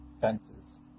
fences